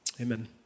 Amen